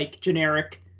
generic